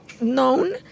known